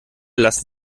lassen